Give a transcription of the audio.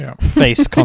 face